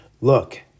Look